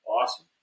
Awesome